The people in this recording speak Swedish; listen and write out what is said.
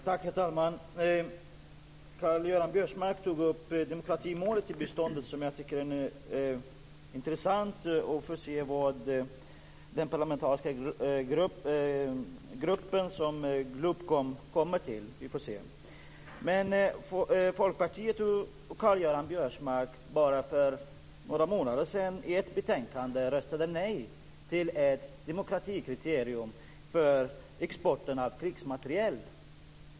Herr talman! Karl-Göran Biörsmark tog upp demokratimålet i biståndet. Jag tycker att det ska bli intressant att få se vad den parlamentariska gruppen Globkom kommer fram till. Vi får se. Folkpartiet och Karl-Göran Biörsmark röstade för några månader sedan nej till ett förslag i ett betänkande om ett demokratikriterium för exporten av krigsmateriel.